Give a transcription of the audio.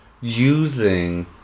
using